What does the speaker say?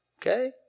Okay